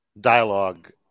dialogue